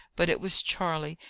but it was charley,